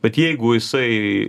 bet jeigu jisai